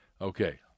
Okay